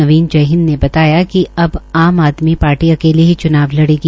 नवीन जयहिदं ने बताया कि अब आम आदमी पार्टी अकेले ही च्नाव लड़ेगी